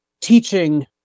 teaching